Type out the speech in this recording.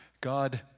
God